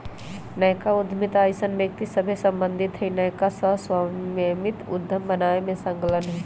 नयका उद्यमिता अइसन्न व्यक्ति सभसे सम्बंधित हइ के नयका सह स्वामित्व उद्यम बनाबे में संलग्न हइ